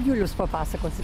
julius papasakosit